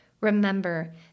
Remember